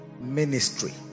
ministry